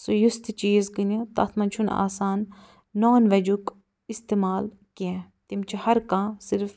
سُہ یُس تہِ چیٖز کٕنہِ تتھ منٛز چھُنہٕ آسان نان ویجُک استِعمال کیٚنٛہہ تِم چھِ ہر کانٛہہ صِرِف